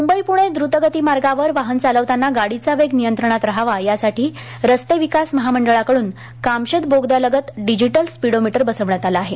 मुंबई पुणे दृतगती मार्गावर वाहन चालवताना गाडीचा वेग नियंत्रणात रहावा यासाठी रस्ते विकास महामंडळाकडून कामशेत बोगद्यालगत डिजीटल स्पीडो मीटर बसविण्यात आले आहेत